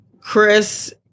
Chris